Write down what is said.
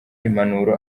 impanuro